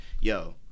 yo